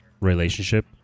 relationship